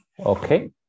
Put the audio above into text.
Okay